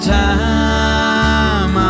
time